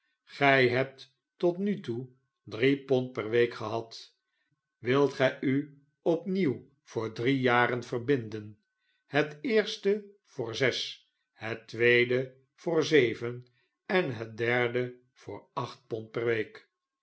gy hebt tot nu toe drie pond per week gehad wilt gij u opnieuw voor drie jaren verbinden het eerste voor zes het tweede voor zeven en het derde voor acht pond per week